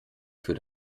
für